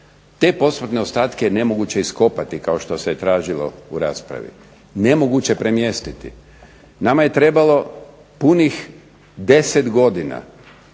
te posmrtne ostatke je nemoguće iskopati kao što se je tražilo u raspravi. Nemoguće je premjestiti. Nama je trebalo punih 10 godina